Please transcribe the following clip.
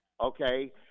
okay